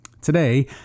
Today